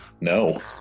No